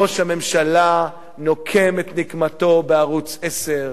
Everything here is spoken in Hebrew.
ראש הממשלה נוקם את נקמתו בערוץ-10.